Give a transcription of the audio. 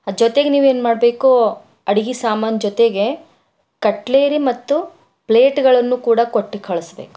ಜೊತೆಗೆ ನೀವು ಏನು ಮಾಡ್ಬೇಕು ಅಡುಗೆ ಸಾಮಾನು ಜೊತೆಗೆ ಕಟ್ಲೇರಿ ಮತ್ತು ಪ್ಲೇಟ್ಗಳನ್ನೂ ಕೂಡ ಕೊಟ್ಟು ಕಳಿಸಬೇಕು